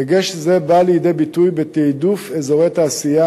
דגש זה בא לידי ביטוי בתעדוף אזורי תעשייה